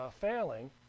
failing